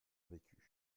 vécu